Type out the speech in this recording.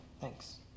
Thanks